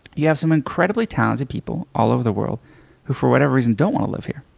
you have some incredibly talented people all over the world who for whatever reason don't want to live here,